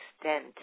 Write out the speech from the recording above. extent